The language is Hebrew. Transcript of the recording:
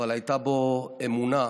אבל הייתה בו אמונה,